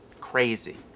crazy